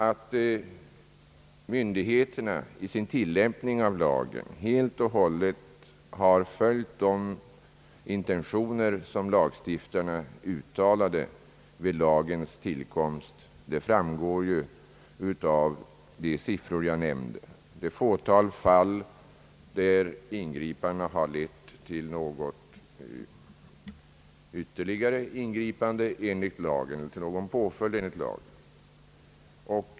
Att myndigheterna vid sin tillämpning av lagen helt och hållet har följt de intentioner som lagstiftarna uttalade vid lagens tillkomst framgår ju av de siffror som jag nämnde. I ett fåtal har ingripandena lett till någon påföljd enligt lagen.